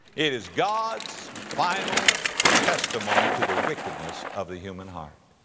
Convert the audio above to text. it is god's final testimony to the wickedness of the human heart.